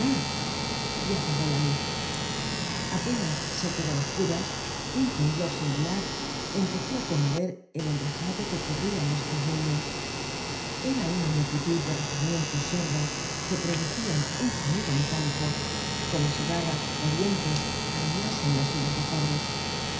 y apagó la luz apenas se quedó á oscuras un temblor singular empezó á conmover el enrejado que cubria á los tres niños era una multitud de rozamientos sordos que producían un sonido metálico como si garras ó dientes arañasen los bilos de cobre